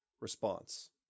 Response